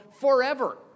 forever